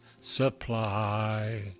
supply